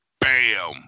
bam